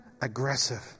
aggressive